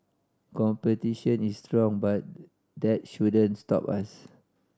competition is strong but that shouldn't stop us